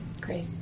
Great